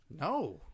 No